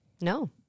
No